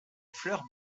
fleur